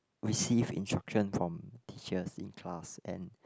receive instruction from teachers in class and